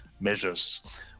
measures